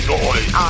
Noise